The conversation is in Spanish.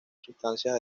sustancias